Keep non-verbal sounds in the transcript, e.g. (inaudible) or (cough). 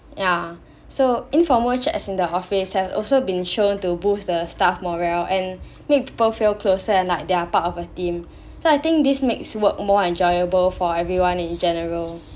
ya so informal chats in the office have also been shown to boost the staff morale and (breath) make people feel closer and like they're part of a team (breath) so I think this makes work more enjoyable for everyone in general